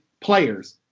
players